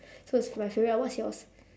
so it's my favourite lah what's yours